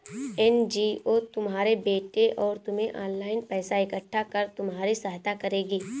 NGO तुम्हारे बेटे और तुम्हें ऑनलाइन पैसा इकट्ठा कर तुम्हारी सहायता करेगी